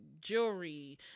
jewelry